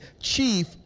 chief